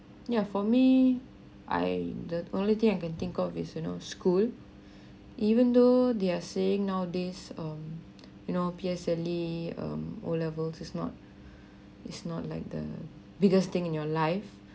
ya for me I that only thing I can think of is you know school even though they are saying nowadays um you know P_S_L_E or O levels is not is not like the biggest thing in your life